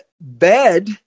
bed